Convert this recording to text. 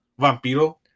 Vampiro